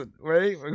right